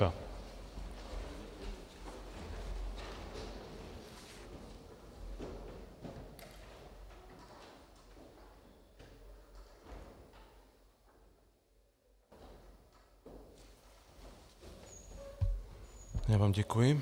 Já vám děkuji.